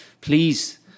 please